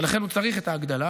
ולכן הוא צריך את ההגדלה.